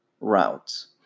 routes